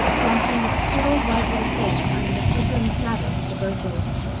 watching the still, white little face under the flickering shadows of the birches.